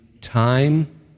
time